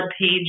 page